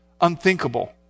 unthinkable